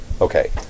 Okay